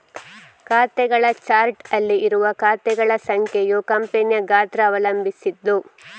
ಖಾತೆಗಳ ಚಾರ್ಟ್ ಅಲ್ಲಿ ಇರುವ ಖಾತೆಗಳ ಸಂಖ್ಯೆಯು ಕಂಪನಿಯ ಗಾತ್ರ ಅವಲಂಬಿಸಿದ್ದು